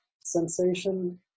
sensation